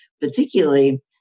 particularly